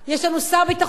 יש לנו שר ביטחון,